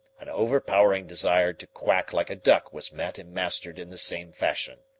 an overpowering desire to quack like a duck was met and mastered in the same fashion.